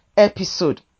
episode